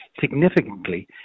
significantly